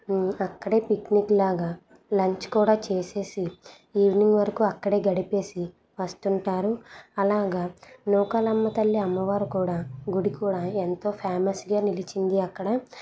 అక్కడే పిక్నిక్ లాగా లంచ్ కూడా చేసేసి ఈవినింగ్ వరకూ అక్కడే గడిపేసి వస్తుంటారు అలాగా నూకాలమ్మ తల్లి అమ్మవారు కూడా గుడి కూడా ఎంతో ఫేమస్గా నిలిచింది అక్కడ